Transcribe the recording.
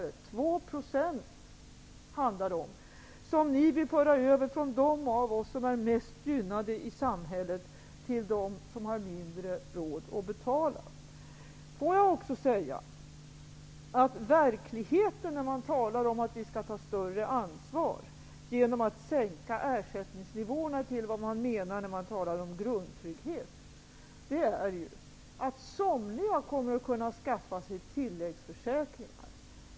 Det är 2 % som ni vill föra över från dem av oss som är mest gynnade i samhället till dem som har mindre råd att betala. Verkligheten när man talar om att vi skall ta större ansvar genom att sänka ersättningsnivåerna till det man menar med grundtrygghet är att somliga kommer att kunna skaffa sig tilläggsförsäkringar.